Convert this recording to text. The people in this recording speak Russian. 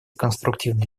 конструктивный